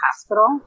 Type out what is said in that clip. hospital